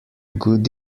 good